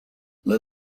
let